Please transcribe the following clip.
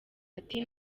ati